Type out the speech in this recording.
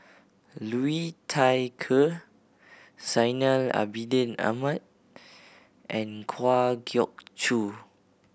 Liu Thai Ker Zainal Abidin Ahmad and Kwa Geok Choo